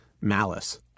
Malice